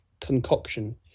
concoction